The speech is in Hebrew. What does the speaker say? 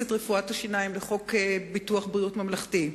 את רפואת השיניים לחוק ביטוח בריאות ממלכתי.